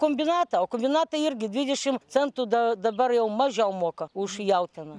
kombinatą o kombinatą irgi dvidešim centų da dabar jau mažiau moka už jautieną